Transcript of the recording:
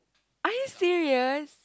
are you serious